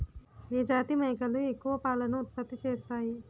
ఏ జాతి మేకలు ఎక్కువ పాలను ఉత్పత్తి చేస్తాయి?